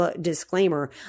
disclaimer